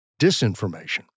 disinformation